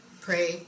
pray